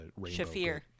Shafir